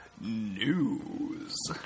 News